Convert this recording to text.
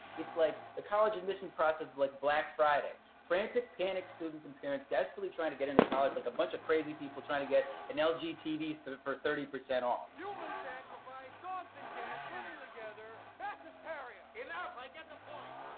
it's like the college admissions process is like black friday. frantic, panicked students and parents desperately trying to get into college like a bunch of crazy people trying to get an lg tv for thirty percent off. human sacrifice, dogs and cats living together. mass hysteria! enough, i get the point.